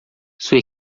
sua